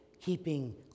keeping